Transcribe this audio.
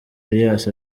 elias